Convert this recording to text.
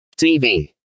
TV